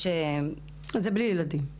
זה בלי ילדים.